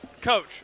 Coach